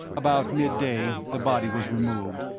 about mid-day the body was removed,